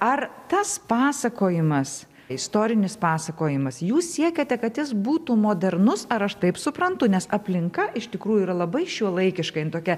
ar tas pasakojimas istorinis pasakojimas jūs siekiate kad jis būtų modernus ar aš taip suprantu nes aplinka iš tikrųjų yra labai šiuolaikiška jin tokia